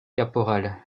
caporal